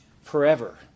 forever